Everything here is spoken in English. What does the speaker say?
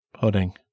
pudding